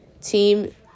Team